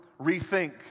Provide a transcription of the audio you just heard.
rethink